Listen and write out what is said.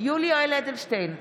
יולי יואל אדלשטיין,